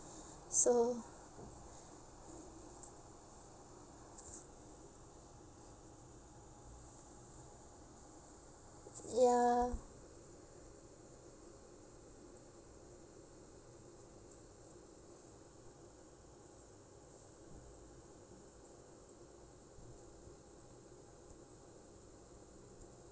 so ya